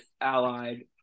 allied